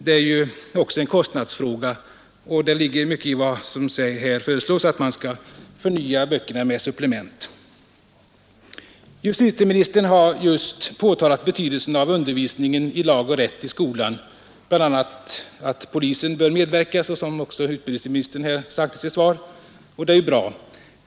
Det är också en kostnadsfråga, och det ligger mycket i vad som här föreslås, nämligen att man skall förnya böckerna med supplement. Justitieministern har just påtalat betydelsen av undervisningen i lag och rätt i skolan. Han har bl.a. påpekat att polisen bör medverka, såsom också utbildningsministern anfört i sitt svar, och det är bra.